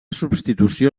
substitució